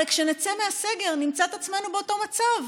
כשנצא מהסגר נמצא את עצמנו באותו מצב